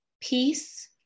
peace